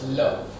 love